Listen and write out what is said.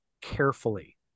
carefully